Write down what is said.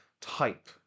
type